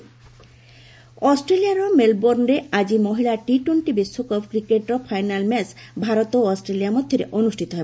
cricket ଅଷ୍ଟ୍ରେଲିଆର ମେଲବୋର୍ଣ୍ଣରେ ଆକି ମହିଳା ଟି ଟୋଣ୍ଟି ବିଶ୍ୱକପ୍ କ୍ରିକେଟର ଫାଇନାଲ୍ ମ୍ୟାଚ୍ ଭାରତ ଓ ଅଷ୍ଟ୍ରେଲିଆ ମଧ୍ୟରେ ଅନୁଷ୍ଠିତ ହେବ